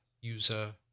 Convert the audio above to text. user